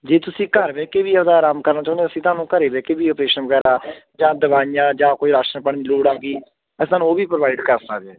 ਜੇ ਤੁਸੀਂ ਘਰ ਬਹਿ ਕੇ ਵੀ ਆਪਣਾ ਅਰਾਮ ਕਰਨਾ ਚਾਹੁੰਦੇ ਹੋ ਅਸੀਂ ਤੁਹਾਨੂੰ ਘਰ ਬਹਿ ਕੇ ਵੀ ਅਪ੍ਰੇਸ਼ਨ ਵਗੈਰਾ ਜਾਂ ਦਵਾਈਆਂ ਜਾਂ ਕੋਈ ਰਾਸ਼ਨ ਪਾਣੀ ਦੀ ਲੋੜ ਐਗੀ ਅਸੀਂ ਤੁਹਾਨੂੰ ਉਹ ਵੀ ਪ੍ਰੋਵਾਈਡ ਕਰ ਸਕਦੇ ਐਗੇ